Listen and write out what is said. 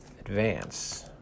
advance